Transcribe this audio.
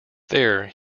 there